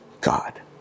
God